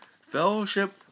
Fellowship